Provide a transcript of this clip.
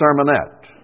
Sermonette